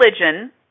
religion